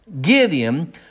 Gideon